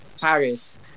Paris